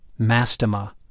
Mastema